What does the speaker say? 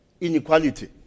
inequality